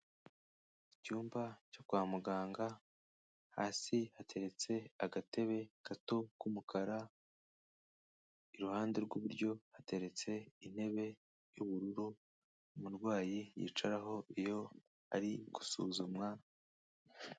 Icyumba cyo kwa muganga, hasi hateretse agatebe gato k'umukara, iruhande rw'iburyo hateretse intebe y'ubururu umurwayi yicaraho iyo ari gusuzumwa.